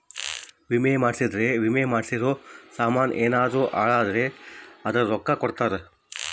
ವಿಮೆ ಮಾಡ್ಸಿದ್ರ ವಿಮೆ ಮಾಡ್ಸಿರೋ ಸಾಮನ್ ಯೆನರ ಹಾಳಾದ್ರೆ ಅದುರ್ ರೊಕ್ಕ ಕೊಡ್ತಾರ